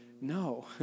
No